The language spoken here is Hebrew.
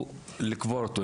הוא לקבור אותו,